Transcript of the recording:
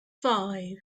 five